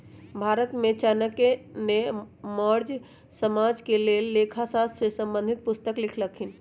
भारत में चाणक्य ने मौर्ज साम्राज्य के लेल लेखा शास्त्र से संबंधित पुस्तक लिखलखिन्ह